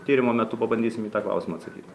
tyrimo metu pabandysim į tą klausimą atsakyt